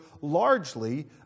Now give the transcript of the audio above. largely